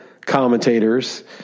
commentators